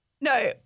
No